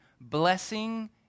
Blessing